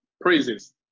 praises